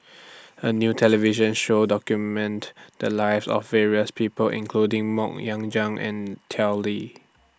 A New television Show documented The Lives of various People including Mok Ying Jang and Tao Li